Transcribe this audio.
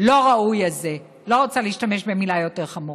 לא ראוי, לא רוצה להשתמש במילה יותר חמורה.